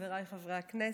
חבריי חברי הכנסת,